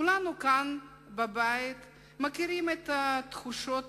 כולנו כאן בבית מכירים את תחושות